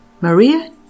Maria